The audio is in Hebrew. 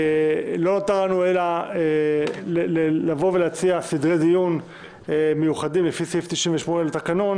לא נותר לנו אלא להציע סדרי דיון מיוחדים לפי סעיף 98 לתקנון